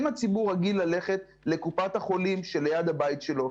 אם הציבור רגיל ללכת לקופת החולים שליד הבית שלו,